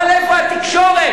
אבל איפה התקשורת?